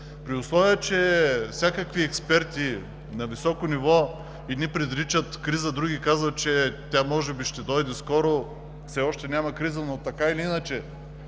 При условие че всякакви експерти на високо ниво предричат криза, други казват, че тя може би ще дойде скоро, а криза все още няма, но така или иначе